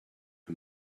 her